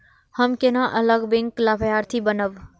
हम केना अलग बैंक लाभार्थी बनब?